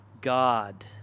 God